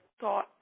thought